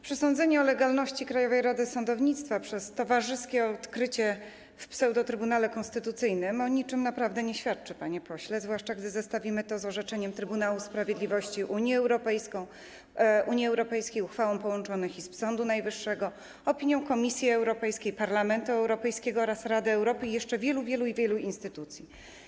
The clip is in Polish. Przesądzenie o legalności Krajowej Rady Sądownictwa przez towarzyskie odkrycie w pseudo-Trybunale Konstytucyjnym o niczym naprawdę nie świadczy, panie pośle, zwłaszcza gdy zestawimy to z orzeczeniem Trybunału Sprawiedliwości Unii Europejskiej, uchwałą połączonych izb Sądu Najwyższego, opiniami Komisji Europejskiej, Parlamentu Europejskiego oraz Rady Europy i jeszcze wielu, wielu instytucji.